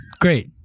Great